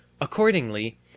Accordingly